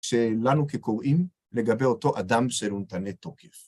שלנו כקוראים, לגבי אותו אדם שמתנה תוקף.